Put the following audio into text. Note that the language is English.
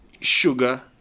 sugar